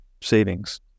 savings